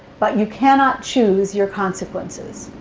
but you cannot choose your consequences.